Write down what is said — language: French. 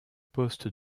poste